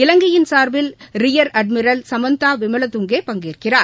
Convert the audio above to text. இலங்கையின் சார்பில் rear admiral Samantha Wimalathunga பங்கேற்கிறார்